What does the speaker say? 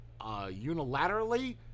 unilaterally